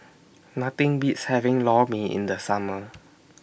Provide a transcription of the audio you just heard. Nothing Beats having Lor Mee in The Summer